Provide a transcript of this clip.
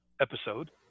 episode